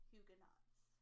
Huguenots